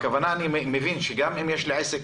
ואני הבנתי שלא רציתם את זה.